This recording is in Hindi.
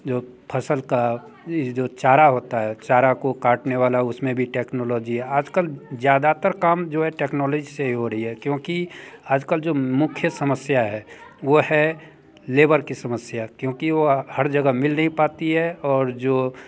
जो फ़सल का ये जो चारा होता है चारा को काटने वाला उस में भी टेक्नोलॉजी आज कल ज़्यादातर काम जो है टेक्नोलॉजी से ही हो रहा है क्योंकि आज कल जो मुख्य समस्या है वो है लेबर की समस्या क्योंकि वह हर जगह मिल नहीं पाता है और जो